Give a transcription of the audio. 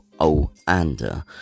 Oanda